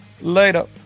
Later